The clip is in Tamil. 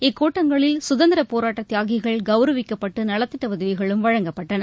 இக்கூட்டங்களில் சுதந்திர போராட்ட தியாகிகள் கௌரவிக்கப்பட்டு நலத்திட்ட உதவிகளும் வழங்கப்பட்டன